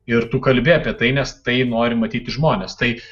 ir tu kalbi apie tai nes tai nori matyti žmonės tai